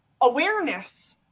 awareness